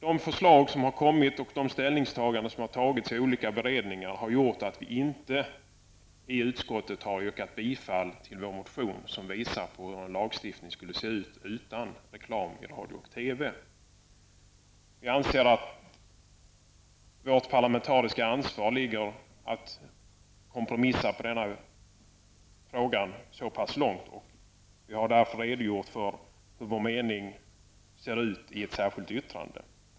De förslag som har lagts fram och de ställningstaganden som har gjorts i olika beredningar har medfört att vi i utskottet inte har yrkat bifall till vår motion, som visar hur en lagstiftning skulle se ut utan reklam i radio och TV. Vi anser att i vårt parlamentariska ansvar ligger att kompromissa så pass långt i denna fråga. Vi har därför redogjort för hur vår mening ser ut i ett särskilt yttrande.